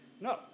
no